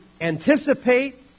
anticipate